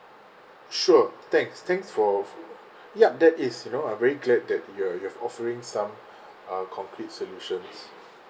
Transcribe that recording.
sure thanks thanks for yup that is you know uh very glad that you're you're offering some uh concrete solutions